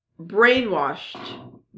brainwashed